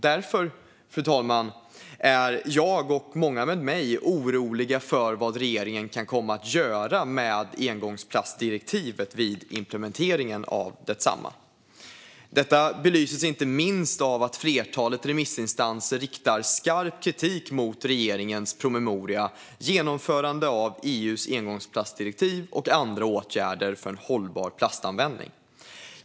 Därför, fru talman, är jag och många med mig oroliga för vad regeringen kan komma att göra med engångsplastdirektivet vid implementeringen av detsamma. Detta belyses inte minst av att ett flertal remissinstanser riktar skarp kritik mot regeringens promemoria Genomförande av EU:s engångsplastdirektiv och andra åtgärder för en hållbar plastanvändning .